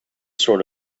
sort